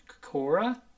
Korra